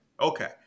Okay